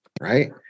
right